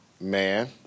Man